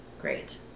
great